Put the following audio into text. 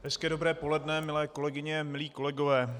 Hezké dobré poledne, milé kolegyně, milí kolegové.